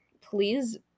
please